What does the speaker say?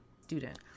student